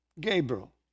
Gabriel